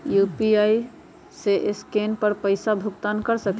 UPI से scan कर पईसा भुगतान कर सकलीहल?